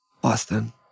Boston